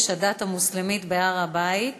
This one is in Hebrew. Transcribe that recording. הודעה של מזכירות